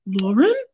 Lauren